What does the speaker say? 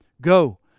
Go